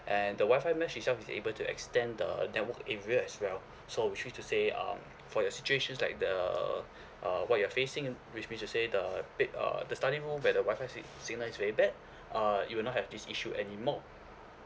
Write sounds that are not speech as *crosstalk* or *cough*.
and the Wi-Fi mesh itself is able extend the network area as well *breath* so which mean to say um for your situation like the uh *breath* uh what you're facing which mean you said the that uh the study room where the Wi-Fi sig~ signal is very bad *breath* uh it will not have this issue anymore